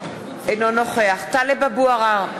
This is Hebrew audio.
אינו נוכח טלב אבו עראר,